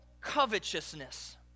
covetousness